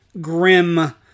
grim